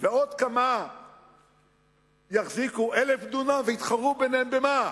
ועוד כמה יחזיקו 1,000 דונם ויתחרו ביניהם, במה?